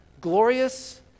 Glorious